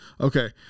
Okay